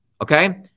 Okay